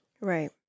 Right